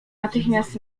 natychmiast